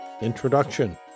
Introduction